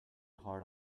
hard